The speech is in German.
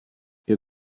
ihr